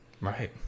Right